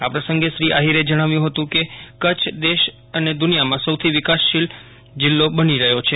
આ પ્રસંગે શ્રી આહિરે જણાવ્યું હતું કે કચ્છ દેશ અને દુનિયામાં સૌથી વિકાસશીલ જિલ્લો બની રહ્યો છે